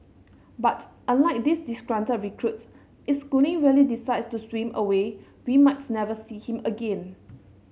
but unlike this disgruntled recruit if Schooling really decides to swim away we might never see him again